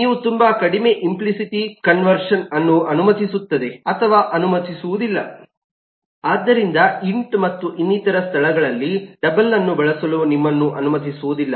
ನೀವು ತುಂಬಾ ಕಡಿಮೆ ಇಂಪ್ಲಿಸಿಟಿ ಕನ್ವರ್ಷನ್ ಅನ್ನು ಅನುಮತಿಸುತ್ತದೆ ಅಥವಾ ಅನುಮತಿಸುವುದಿಲ್ಲ ಆದ್ದರಿಂದ ಇಂಟ್ ಮತ್ತು ಇನ್ನಿತರ ಸ್ಥಳದಲ್ಲಿ ಡಬಲ್ ಅನ್ನು ಬಳಸಲು ನಿಮ್ಮನ್ನು ಅನುಮತಿಸುವುದಿಲ್ಲ